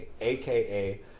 AKA